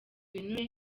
ibinure